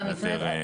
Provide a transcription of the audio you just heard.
התמיכה.